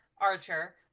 Archer